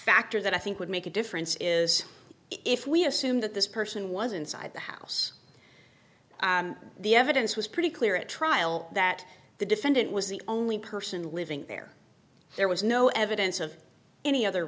factor that i think would make a difference is if we assume that this person was inside the house the evidence was pretty clear at trial that the defendant was the only person living there there was no evidence of any other